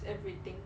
everything